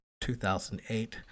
2008